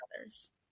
others